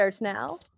now